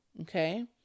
Okay